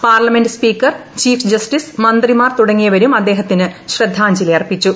parliament speaker chief justice മന്ത്രിമാർ തുടങ്ങിയവരും അദ്ദേഹത്തിന് ശ്രദ്ധാഞ്ജലി അർപ്പിച്ചു